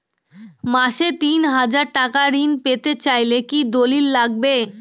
মাসে তিন হাজার টাকা ঋণ পেতে চাইলে কি দলিল লাগবে?